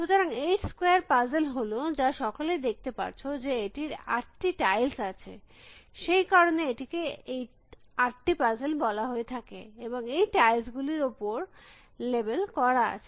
সুতরাং 8 square puzzle হল যা সকলেই দেখতে পারছে যে এটির 8টি টাইলস আছে সেই কারণে এটিকে 8টি পাজেল বলা হয়ে থাকে এবং এই টাইলস গুলির উপরে লেবেল করা আছে